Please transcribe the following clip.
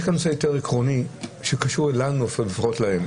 רק יש כאן נושא יותר עקרוני שקשור לנו ופחות להם.